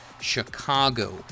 Chicago